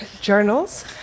journals